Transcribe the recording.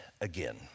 again